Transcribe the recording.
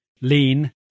lean